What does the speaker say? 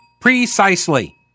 Precisely